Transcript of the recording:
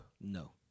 No